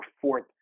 fourth